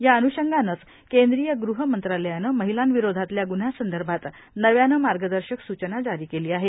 याअन्षंगानचं केंद्रीय गृहमंत्रालयानं महिलांविरोधातल्या ग्न्ह्यांसंदर्भात नव्यानं मार्गदर्शक सूचना जारी केली आहे